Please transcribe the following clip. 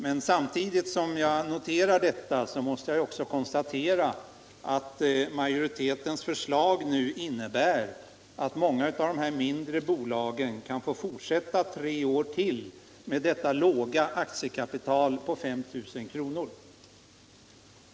Men samtidigt som jag noterar detta konstaterar jag också att majoritetens förslag innebär att många av de mindre bolagen får fortsätta ytterligare tre år med detta låga aktiekapital på 5 000 kr.